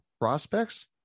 prospects